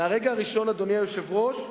אדוני היושב-ראש,